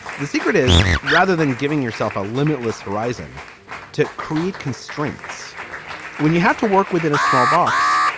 the secret is rather than giving yourself a limitless horizon to create constraints when you have to work within a small box.